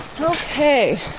Okay